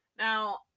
Now